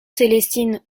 célestine